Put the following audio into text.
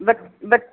ਬ ਬ